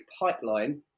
pipeline